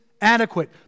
adequate